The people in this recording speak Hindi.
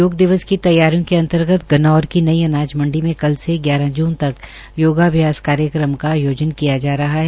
योग दिवस की तैयारियों के अंतर्गत गन्नौर की नई अनाज मंडी में कल से ग्यारह जून तक योगाभ्यास कार्यक्रम का आयोजन किया जा रहा है